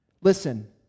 Listen